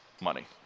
money